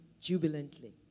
jubilantly